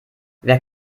wer